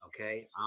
okay